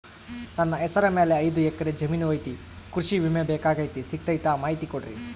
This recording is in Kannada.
ನನ್ನ ಹೆಸರ ಮ್ಯಾಲೆ ಐದು ಎಕರೆ ಜಮೇನು ಐತಿ ಕೃಷಿ ವಿಮೆ ಬೇಕಾಗೈತಿ ಸಿಗ್ತೈತಾ ಮಾಹಿತಿ ಕೊಡ್ರಿ?